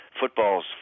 football's